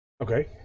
Okay